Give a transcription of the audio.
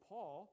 Paul